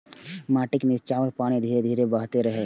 माटिक निच्चाक पानि धीरे धीरे बहैत रहै छै